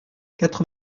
quatre